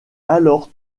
alors